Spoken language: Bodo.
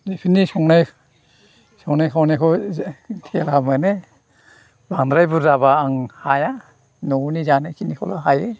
बिसिनि संनाय संनाय खावनायखौ जे थेला मोनो बांद्राय बुरजाबा आं हाया न'नि जानायखिनिखौल' हायो